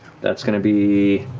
that's going to be